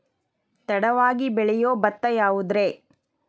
ತಡವಾಗಿ ಬೆಳಿಯೊ ಭತ್ತ ಯಾವುದ್ರೇ?